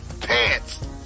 pants